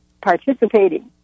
participating